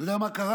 אתה יודע מה קרה?